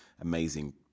amazing